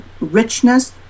richness